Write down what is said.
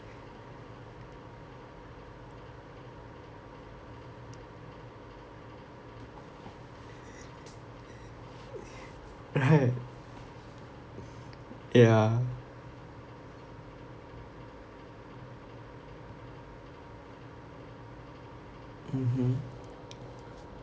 (uh huh) ya mmhmm